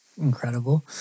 Incredible